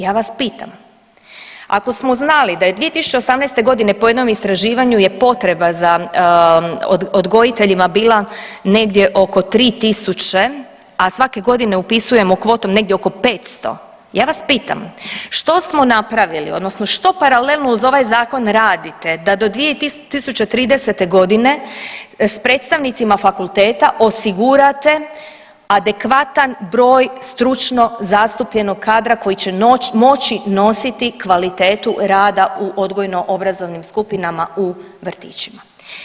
Ja vas pitam, ako smo znali da je 2018. g. po jednom istraživanju je potreba za odgojiteljima bila negdje oko 3000, a svake godine upisujemo kvotom negdje oko 500, ja vas pitam, što smo napravili, odnosno što paralelno uz ovaj Zakon radite da 2030. g. s predstavnicima fakulteta osigurate adekvatan broj stručno zastupljenog kadra koji će moći nositi kvalitetu rada u odgojno obrazovnim skupinama u vrtićima.